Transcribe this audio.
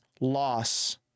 loss